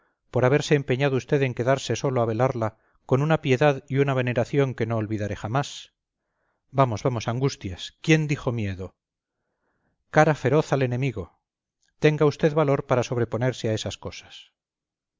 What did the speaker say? por haberse empeñado usted en quedarse solo a velarla con una piedad y una veneración que no olvidaré jamás vamos vamos angustias quién dijo miedo cara feroz al enemigo tenga usted valor para sobreponerse a esas cosas